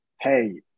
hey